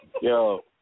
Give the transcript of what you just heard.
Yo